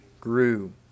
grew